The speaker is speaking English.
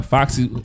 Foxy